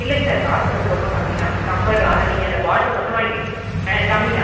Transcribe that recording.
இல்லைங்க sir cost வந்து ரொம்ப கம்மி தான் கம்பர்ட் அதை நீங்கள் அந்த பாட்டில் மொத்தமாக வாங்கி கம்மி தான்